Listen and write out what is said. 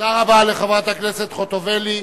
תודה רבה לחברת הכנסת חוטובלי.